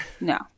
no